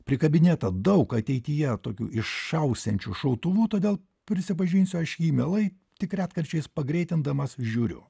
prikabinėta daug ateityje tokių išaugsiančių šautuvų todėl prisipažinsiu aš jį mielai tik retkarčiais pagreitindamas žiūriu